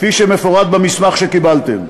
כפי שמפורט במסמך שקיבלתם.